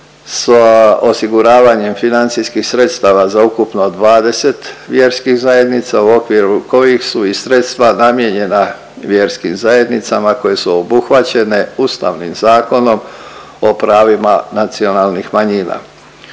sa osiguravanjem financijskih sredstava za ukupno 20 vjerskih zajednica u okviru kojih su i sredstva namijenjena vjerskim zajednicama koje su obuhvaćene Ustavnim zakonom o pravima nacionalnih manjina.